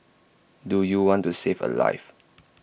do you want to save A life